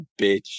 bitch